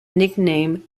nickname